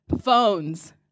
phones